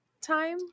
time